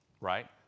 Right